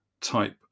type